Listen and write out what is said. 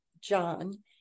john